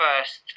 first